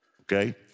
okay